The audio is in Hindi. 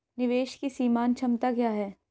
निवेश की सीमांत क्षमता क्या है?